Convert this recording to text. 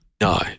No